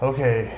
Okay